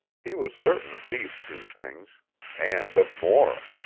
he was certain of these two things and of more.